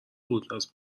بوداز